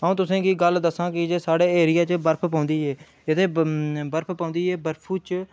अऊं तुसें गी गल्ल दस्सां कि साढ़े ऐरिये च बर्फ पौंदी ऐ बर्फ पौंदी ऐ बर्फू च